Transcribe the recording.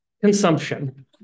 Consumption